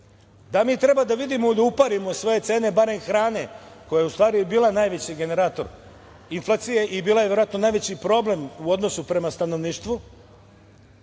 Da mi treba da vidimo i da uparimo sve cene barem hrane, koja je u stvari i bila najveći generator inflacije i bila je verovatno najveći problem u odnosu prema stanovništvu,